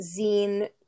zine